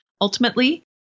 ultimately